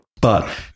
But-